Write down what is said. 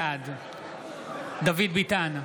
בעד דוד ביטן,